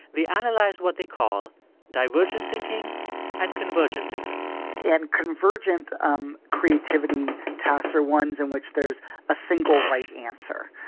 they analyze what they call divergent thinking and convergent thinking and convergent um creativity tasks are ones in which there's a single right answer.